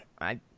I-